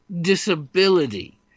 disability